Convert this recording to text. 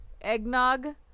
eggnog